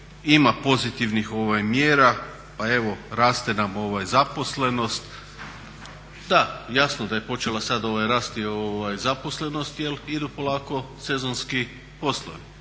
ima pozitivnim mjera, pa evo raste nam zaposlenost, da jasno da je počela sada rasti zaposlenost jer idu polako sezonski poslovi